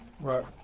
Right